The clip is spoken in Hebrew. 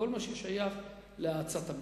כל מה ששייך להאצת המשק.